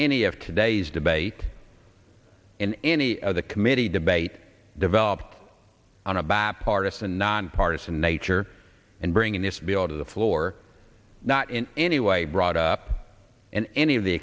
any of today's debate in any of the committee debate develop on a bipartisan nonpartisan nature and bringing this bill to the floor not in any way brought up in any of the